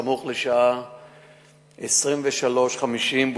סמוך לשעה 23:50,